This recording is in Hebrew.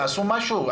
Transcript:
תעשו משהו,